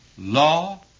Law